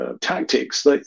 tactics